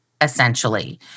essentially